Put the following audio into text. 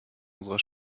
unserer